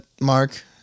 Mark